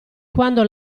quando